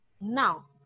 Now